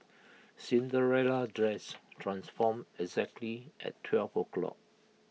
Cinderella's dress transformed exactly at twelve o'clock